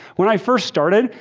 when i first started,